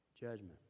judgment